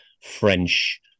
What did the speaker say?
French